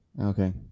Okay